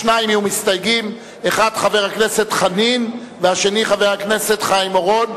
התש"ע 2010. המסתייגים הם סיעות חד"ש וסיעת מרצ,